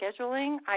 scheduling